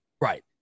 right